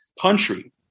country